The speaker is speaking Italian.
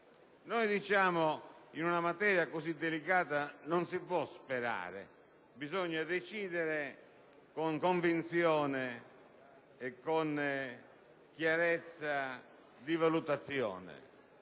motivazione. In una materia così delicata non si può sperare: bisogna decidere con convinzione e con chiarezza di valutazione.